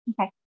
Okay